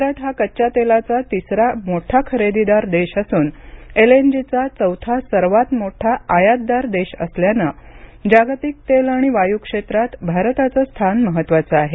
भारत हा कच्च्या तेलाचा तिसरा मोठा खरेदीदार देश असून एलएनजी चा चौथा सर्वांत मोठा आयातदार देश असल्यानं जागतिक तेल आणि वायू क्षेत्रात भारताचं स्थान महत्वाचं आहे